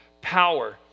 power